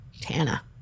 Tana